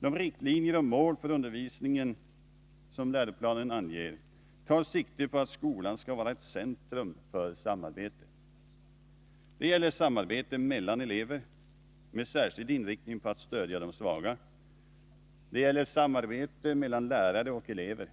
De riktlinjer och mål för undervisningen som läroplanen anger tar sikte på att skolan skall vara ett centrum för samarbete. Det gäller samarbete mellan elever, med särskild inriktning på att stödja de svaga. Det gäller samarbete mellan lärare och elever.